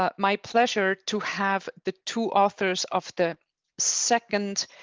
ah my pleasure to have the two authors of the second